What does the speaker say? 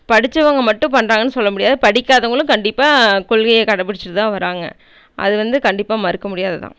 படிச்சவங்க மட்டும் பண்றாங்கன்னு சொல்ல முடியாது படிக்காதவங்களும் கண்டிப்பாக கொள்கையை கடைபிடிச்சிட்டு தான் வராங்கள் அதுவந்து கண்டிப்பாக மறுக்க முடியாது தான்